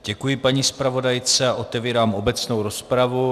Děkuji paní zpravodajce a otevírám obecnou rozpravu.